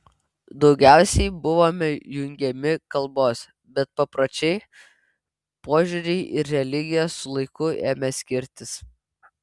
daugiausiai buvome jungiami kalbos bet papročiai požiūriai ir religija su laiku ėmė skirtis